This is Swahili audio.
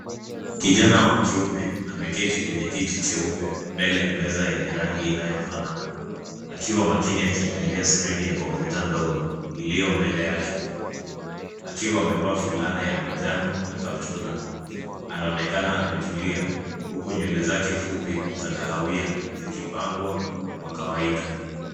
Kijana wa kiume ameketi kwenye kiti cheupe mbele ya meza yenye rangi inayofanana. Akiwa makini akiangalia skrini ya kompyuta ndogo iliyo mbele yake, akiwa amevaa fulana ya manjano na kaptura. Anaonekana anatulia huku nywele zake fupi za kahawia zikipangwa kwa kawaida.